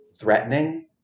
threatening